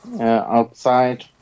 Outside